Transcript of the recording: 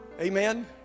Amen